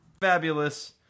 Fabulous